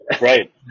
Right